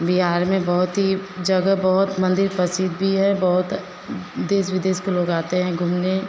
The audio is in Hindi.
बिहार में बहुत ही जगह बहुत मंदिर प्रसिद्ध भी है बहुत देश विदेश के लोग आते हैं घूमने